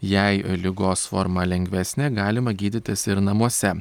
jei ligos forma lengvesnė galima gydytis ir namuose